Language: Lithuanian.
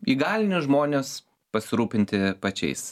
įgalini žmones pasirūpinti pačiais